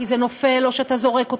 כי זה נופל או שאתה זורק אותו,